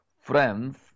friends